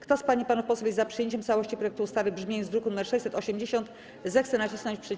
Kto z pań i panów posłów jest za przyjęciem w całości projektu ustawy w brzmieniu z druku nr 680, zechce nacisnąć przycisk.